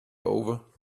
over